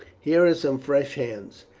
here are some fresh hands,